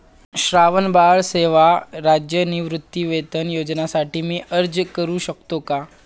श्रावणबाळ सेवा राज्य निवृत्तीवेतन योजनेसाठी मी अर्ज करू शकतो का?